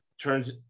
turns